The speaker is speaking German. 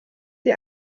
sie